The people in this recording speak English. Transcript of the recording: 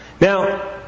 Now